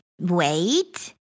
wait